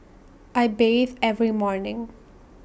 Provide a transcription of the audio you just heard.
I bathe every morning